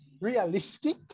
realistic